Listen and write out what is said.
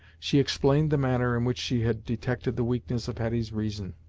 she explained the manner in which she had detected the weakness of hetty's reason,